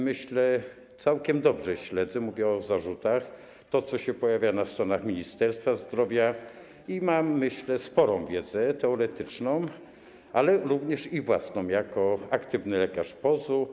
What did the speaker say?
Myślę, że całkiem dobrze śledzę - mówię o zarzutach - to, co się pojawia na stronach Ministerstwa Zdrowia, i mam sporą wiedzę teoretyczną, ale również własną jako aktywny lekarz POZ.